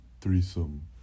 threesome